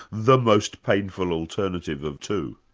the most painful alternative of two.